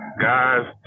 guys